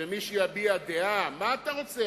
שמי שיביע דעה, מה אתה רוצה?